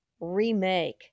remake